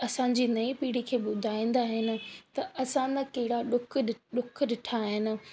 असांजी नई पीढ़ी खे ॿुधाईंदा आहिनि त असां न कहिड़ा ॾुख ॾि ॾुख ॾिठा आहिनि